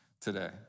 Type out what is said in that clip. today